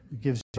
gives